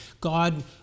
God